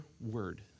word